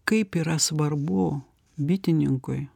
kaip yra svarbu bitininkui